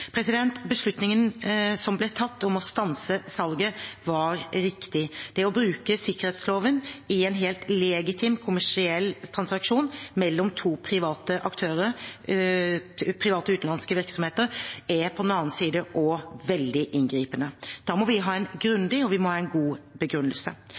Beslutningen som ble tatt om å stanse salget, var riktig. Det å bruke sikkerhetsloven i en helt legitim kommersiell transaksjon mellom to private utenlandske virksomheter er på den annen side også veldig inngripende. Da må vi ha en